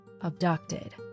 abducted